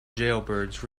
jailbirds